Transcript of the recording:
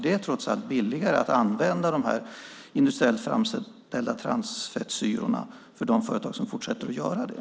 Det är trots allt billigare att använda de här industriellt framställda transfettsyrorna för de företag som fortsätter att göra det.